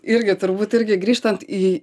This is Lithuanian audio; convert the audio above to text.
irgi turbūt irgi grįžtant į